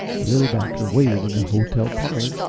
the little doctor waited in the hotel parlor,